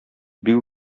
бик